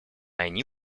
они